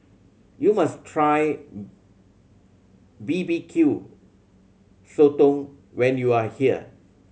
you must try B B Q Sotong when you are here